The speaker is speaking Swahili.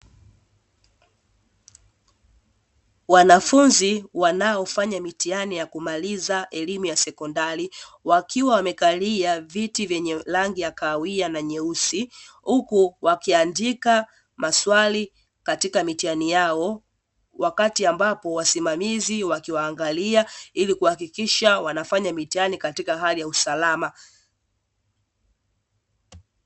Wanafunzi wanaofanya mitihani ya kumaliza elimu ya sekondari wakiwa wamekalia viti vyenye rangi ya kahawia na nyeusi, huku wakiandika maswali katika mitihani yao wakati ambapo wasimamizi wakiwaangalia ili kuhakikisha wanafanya mitihani katika hali ya usalama.